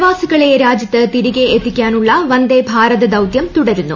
പ്രവാസികളെ രാജ്യത്ത് തിരികെ എത്തിക്കാനുള്ള വന്ദേ ഭാരത് ദൌതൃം തുടരുന്നു